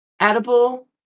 edible